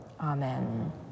Amen